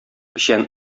печән